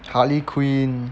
harley quinn